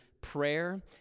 prayer